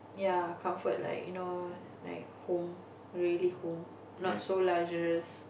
ya comfort like you know like home really home not so luxurious